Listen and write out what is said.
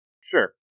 Sure